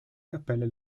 cappelle